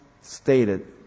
stated